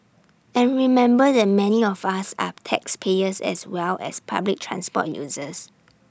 and remember that many of us are taxpayers as well as public transport users